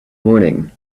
morning